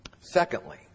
Secondly